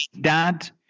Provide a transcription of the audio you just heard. dad